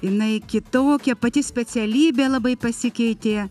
jinai kitokia pati specialybė labai pasikeitė